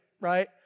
right